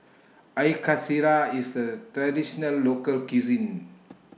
Air Karthira IS A Traditional Local Cuisine